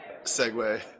segue